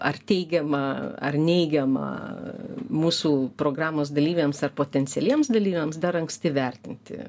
ar teigiamą ar neigiamą mūsų programos dalyviams ar potencialiems dalyviams dar anksti vertinti